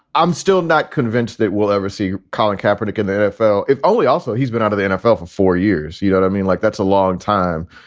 i'm still not convinced that we'll ever see colin kaepernick in the nfl, if only also he's been out of the nfl for four years. you know, i mean, like, that's a long time.